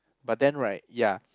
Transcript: but then right ya